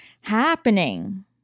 happening